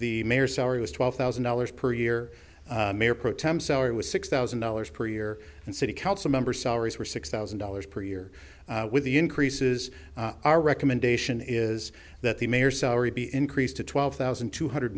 the mayor sorry was twelve thousand dollars per year mayor pro tem salary was six thousand dollars per year and city council member salaries were six thousand dollars per year with the increases our recommendation is that the mayor's salary be increased to twelve thousand two hundred